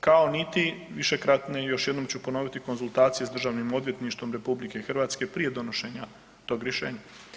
kao niti višekratne još jednom ću ponoviti konzultacije s Državnim odvjetništvom RH prije donošenja tog rješenja.